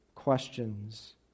questions